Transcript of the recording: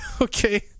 Okay